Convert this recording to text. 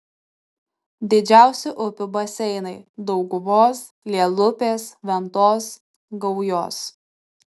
didžiausi upių baseinai dauguvos lielupės ventos gaujos